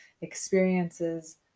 experiences